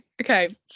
Okay